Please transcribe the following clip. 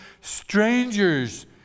strangers